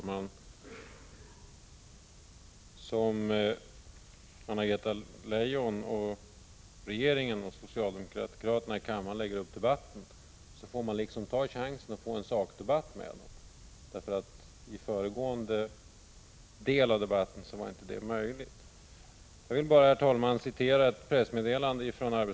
Herr talman! Som Anna-Greta Leijon och socialdemokraterna i kammaren lägger upp debatten får man ta chansen till en sakdebatt när den kommer. Tidigare har detta inte varit möjligt. Jag vill, herr talman, bara citera ett pressmeddelande från AMS.